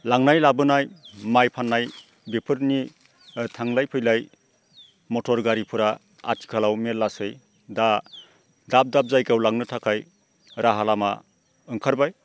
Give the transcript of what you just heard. लांनाय लाबोनाय माइ फाननाय बेफोरनि थांलाय फैलाय मथर गारिफोरा आथिखालाव मेल्लासै दा दाब दाब जायगायाव लांनो थाखाय राहा लामा ओंखारबाय